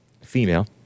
female